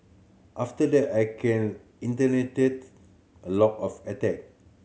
after that I can initiate a lot of attack